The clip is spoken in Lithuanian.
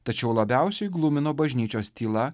tačiau labiausiai glumino bažnyčios tyla